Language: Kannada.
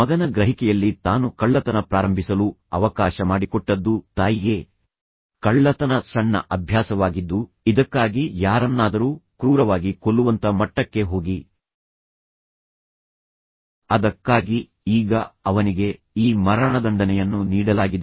ಮಗನ ಗ್ರಹಿಕೆಯಲ್ಲಿ ತಾನು ಕಳ್ಳತನ ಪ್ರಾರಂಭಿಸಲು ಅವಕಾಶ ಮಾಡಿಕೊಟ್ಟದ್ದು ತಾಯಿಯೇ ಕಳ್ಳತನ ಸಣ್ಣ ಅಭ್ಯಾಸವಾಗಿದ್ದು ಇದಕ್ಕಾಗಿ ಯಾರನ್ನಾದರೂ ಕ್ರೂರವಾಗಿ ಕೊಲ್ಲುವಂತ ಮಟ್ಟಕ್ಕೆ ಹೋಗಿ ಅದಕ್ಕಾಗಿ ಈಗ ಅವನಿಗೆ ಈ ಮರಣದಂಡನೆಯನ್ನು ನೀಡಲಾಗಿದೆ